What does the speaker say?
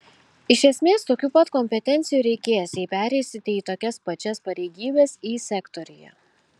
iš esmės tokių pat kompetencijų reikės jei pereisite į tokias pačias pareigybes y sektoriuje